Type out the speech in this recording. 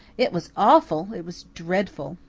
it was awful it was dreadful.